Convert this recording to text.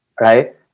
right